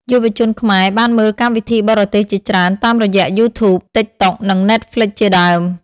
យុវជនខ្មែរបានមើលកម្មវិធីបរទេសជាច្រើនតាមរយៈ YouTube, TikTok និង Netflixជាដើម។